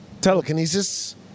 Telekinesis